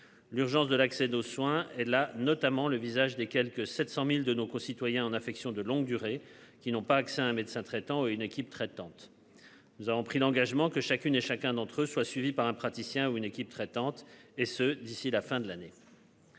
L'urgence de l'accès aux soins et là notamment le visage des quelque 700.000 de nos concitoyens en affection de longue durée qui n'ont pas accès à un médecin traitant une équipe traitante. Nous avons pris l'engagement que chacune et chacun d'entre eux soit suivi par un praticien ou une équipe traitante et ce d'ici la fin de l'année.